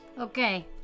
Okay